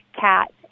cat